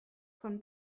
von